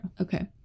Okay